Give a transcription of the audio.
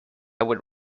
would